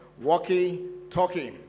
walkie-talkie